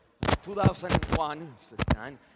2001